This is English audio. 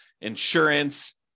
insurance